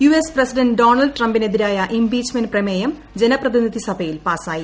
U S president Donald ട്രംപിനെതിരായ പ impeachment പ്രമേയം ജനപ്രതിനിധി സഭയിൽ പാസായി